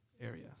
area